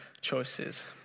choices